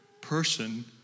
person